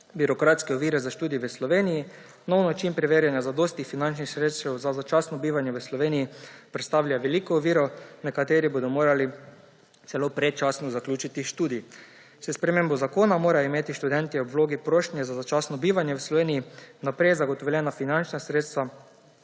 birokratske ovire za študij v Sloveniji, nov način preverjanja zadostnih finančnih sredstev za začasno bivanje v Sloveniji predstavlja veliko oviro, nekateri bodo morali celo predčasno zaključiti študij. S spremembo zakona morajo imeti študentje ob vlogi prošnje za začasno bivanje v Sloveniji vnaprej zagotovljena finančna sredstva